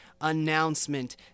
announcement